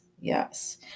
yes